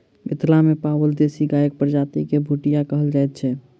मिथिला मे पाओल देशी गायक प्रजाति के भुटिया कहल जाइत छै